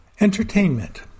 Entertainment